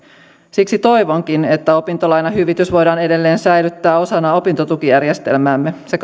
siksi toivonkin että opintolainahyvitys voidaan edelleen säilyttää osana opintotukijärjestelmäämme se